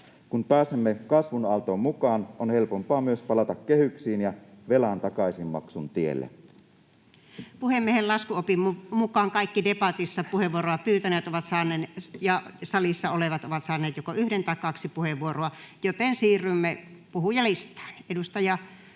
Kun pääsemme kasvun aaltoon mukaan, on helpompaa myös palata kehyksiin ja velan takaisinmaksun tielle. Puhemiehen laskuopin mukaan kaikki debatissa puheenvuoroa pyytäneet ja salissa olevat ovat saaneet joko yhden tai kaksi puheenvuoroa, joten siirrymme puhujalistaan. — Edustaja